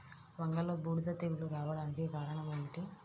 వంగలో బూడిద తెగులు రావడానికి కారణం ఏమిటి?